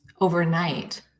overnight